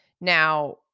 Now